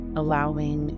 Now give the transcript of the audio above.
allowing